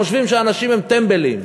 חושבים שהאנשים הם טמבלים.